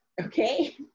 okay